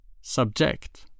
Subject